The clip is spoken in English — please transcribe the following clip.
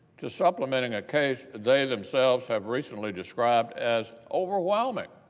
to supplement and a case they themselves have recently described as overwhelming.